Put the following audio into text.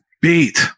beat